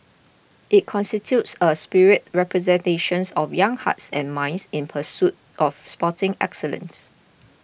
it constitutes a spirited representations of young hearts and minds in pursuit of sporting excellence